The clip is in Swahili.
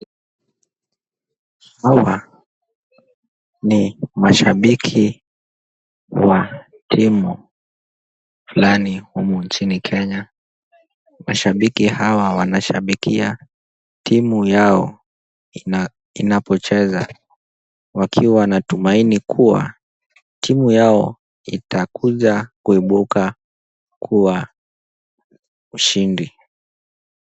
Hawa ni mashabiki wa timu fulani humu nchini Kenya. Mashabiki hawa wanashabikia timu yao inapocheza, wakiwa na tumaini kuwa timu yao itakuja kuibuka kuwa ushindi.